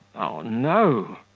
no!